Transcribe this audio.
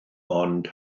ond